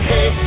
Hey